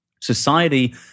Society